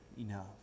enough